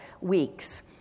weeks